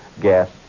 gas